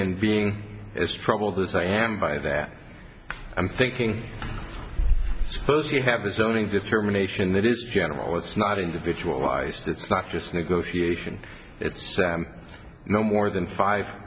in being as troubled this i am by that i'm thinking suppose you have a zoning determination that is general it's not individualized it's not just negotiation it's no more than five